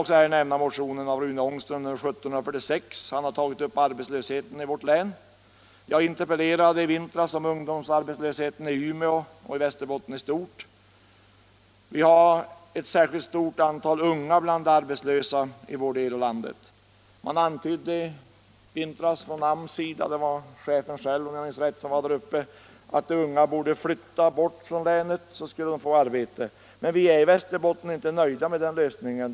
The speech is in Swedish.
I motionen 1746 har Rune Ångström tagit upp arbetslösheten i länet. Jag interpellerade i vintras om ungdomsarbetslösheten i Umeå och i Västerbotten i stort. Antalet unga bland de arbetslösa är särskilt stort i vår del av landet. I vintras antyddes från AMS —- om jag minns rätt var det AMS-chefen själv som var där uppe — att de unga borde flytta bort från länet, så skulle de få arbete. Men vi är i Västerbotten inte nöjda med den lösningen.